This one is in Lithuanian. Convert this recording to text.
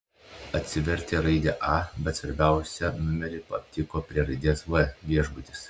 atsivertė raidę a bet svarbiausią numerį aptiko prie raidės v viešbutis